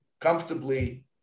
comfortably